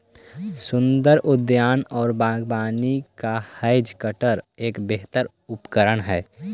सुन्दर उद्यान और बागवानी ला हैज कटर एक बेहतर उपकरण हाई